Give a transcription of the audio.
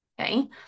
okay